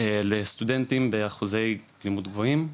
מכל מוסד אקדמאי לסטודנטים באחוזי לימוד גבוהים.